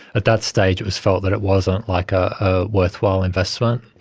at that stage it was felt that it wasn't like ah a worthwhile investment.